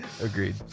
Agreed